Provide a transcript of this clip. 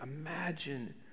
imagine